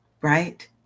right